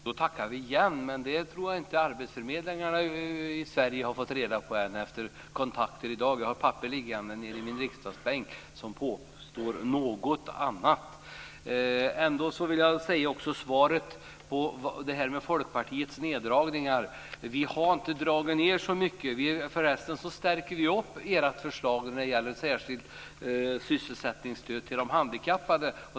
Fru talman! Jag tackar igen, men det tror jag inte att arbetsförmedlarna i Sverige har fått reda på. Jag har haft kontakt med några av dem i dag, och jag har papper liggande i min riksdagsbänk där det påstås något annat. När det gäller detta med Folkpartiets neddragningar har vi inte dragit ned så mycket, och förresten så vill vi förstärka det särskilda sysselsättningsstödet till de handikappade.